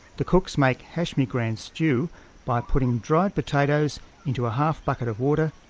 the cooks make hash me grande stew by putting dried potatoes into a half bucket of water,